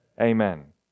Amen